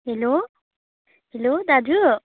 hello hello दाजु